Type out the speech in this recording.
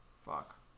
Fuck